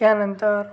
त्यानंतर